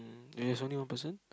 and it's only one person